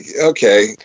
okay